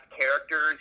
characters